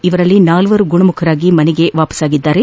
ಇವರಲ್ಲಿ ನಾಲ್ವರು ಗುಣಮುಖರಾಗಿ ಮನೆಗೆ ತೆರಳಿದ್ದಾರೆ